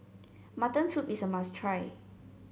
Mutton Soup is a must try